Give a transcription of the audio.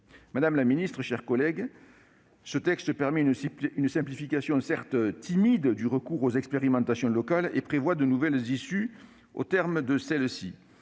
Madame la ministre, chers collègues, ce texte permet de procéder à une simplification, certes timide, du recours aux expérimentations locales et prévoit de nouvelles issues au terme de celles-ci.